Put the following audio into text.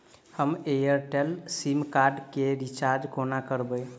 हम Airtel SIM card केँ recharge कोना करबै?